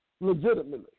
legitimately